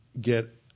get